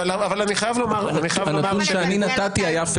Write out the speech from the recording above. הנתון שאני נתתי היה על פדרלי.